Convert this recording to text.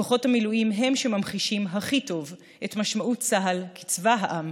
כוחות המילואים הם שממחישים הכי טוב את משמעות צה"ל כצבא העם